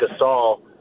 Gasol